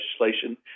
legislation